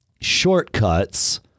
shortcuts